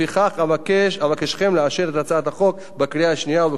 אבקשכם לאשר את הצעת החוק בקריאה השנייה ובקריאה השלישית.